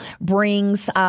brings